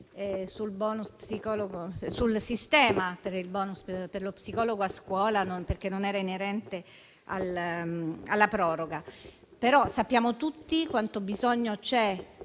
il *bonus* per lo psicologo a scuola, perché non inerente alla proroga, ma sappiamo tutti quanto bisogno vi